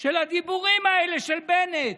של הדיבורים האלה של בנט,